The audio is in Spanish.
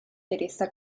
teresa